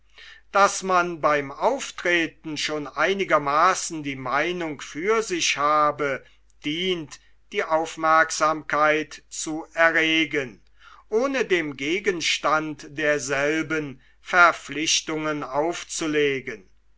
daß man beim auftreten schon einigermaaßen die meinung für sich habe dient die aufmerksamkeit zu erregen ohne dem gegenstand derselben verpflichtungen aufzulegen